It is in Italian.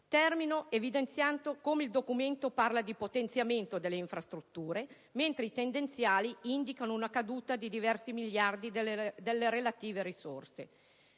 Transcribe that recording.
Termino evidenziando che il documento parla di potenziamento delle infrastrutture, mentre i tendenziali indicano una caduta di diversi miliardi delle relative risorse.